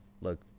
look